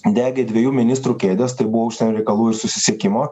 degė dviejų ministrų kėdes tai buvo užsienio reikalų ir susisiekimo